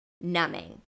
numbing